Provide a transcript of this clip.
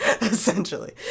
essentially